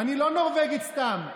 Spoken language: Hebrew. אני לא נורבגית סתם,